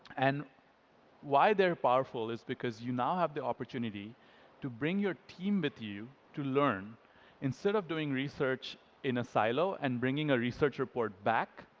and why they're powerful is you know have the opportunity to bring your team with you to learn instead of doing research in a silo and bringing a research report back,